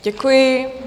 Děkuji.